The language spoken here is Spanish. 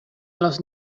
los